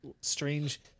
strange